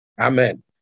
Amen